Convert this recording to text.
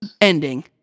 ending